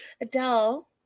Adele